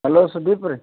hello Sudeep ರೀ